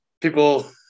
people